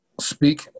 speak